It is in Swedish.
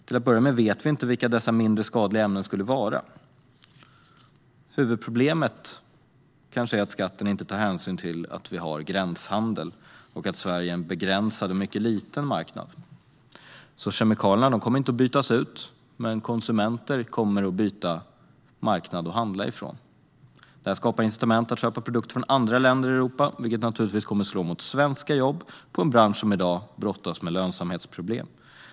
Till att börja med vet vi inte vilka dessa mindre skadliga ämnen skulle vara. Huvudproblemet kanske är att skatten inte tar hänsyn till att vi har gränshandel och att Sverige är en begränsad och mycket liten marknad, så kemikalierna kommer inte att bytas ut, men konsumenter kommer att byta marknad att handla från. Detta skapar incitament att köpa produkter från andra länder i Europa, vilket naturligtvis kommer att slå mot svenska jobb i en bransch som i dag brottas med lönsamhetsproblem.